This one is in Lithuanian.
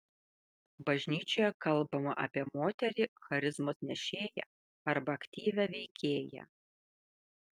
bažnyčioje kalbama apie moterį charizmos nešėją arba aktyvią veikėją